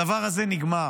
הדבר הזה נגמר.